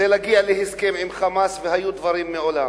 זה להגיע להסכם עם "חמאס", והיו דברים מעולם.